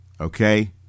Okay